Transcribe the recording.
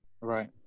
Right